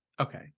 okay